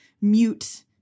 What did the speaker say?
mute